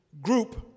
group